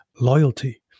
loyalty